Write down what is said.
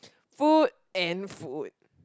food and food